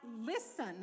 listen